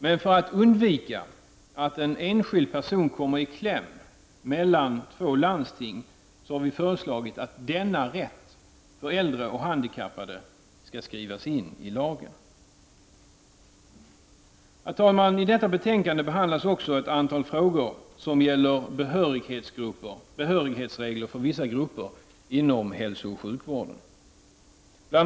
Men för att undvika att en enskild person kommer i kläm mellan två landsting har vi föreslagit att denna rätt för äldre och handikappade skall skrivas in i lagen. Herr talman! I detta betänkande behandlas också ett antal frågor som gäller behörighetsregler för vissa grupper inom hälsooch sjukvården. Bl.